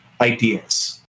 ideas